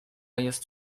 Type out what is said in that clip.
jest